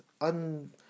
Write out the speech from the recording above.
un